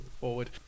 forward